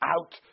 out